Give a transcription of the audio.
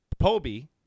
Poby